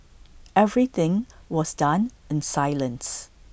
everything was done in silence